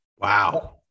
Wow